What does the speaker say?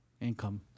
income